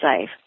safe